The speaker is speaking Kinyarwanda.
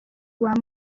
rwanda